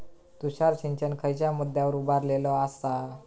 तुषार सिंचन खयच्या मुद्द्यांवर उभारलेलो आसा?